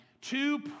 two